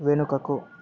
వెనుకకు